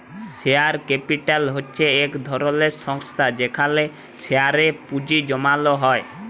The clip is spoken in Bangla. শেয়ার ক্যাপিটাল হছে ইক ধরলের সংস্থা যেখালে শেয়ারে পুঁজি জ্যমালো হ্যয়